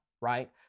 right